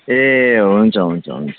ए हुन्छ हुन्छ हुन्छ